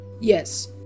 Yes